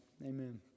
amen